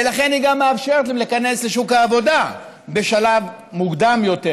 ולכן היא גם מאפשרת להם להיכנס לשוק העבודה בשלב מוקדם יותר.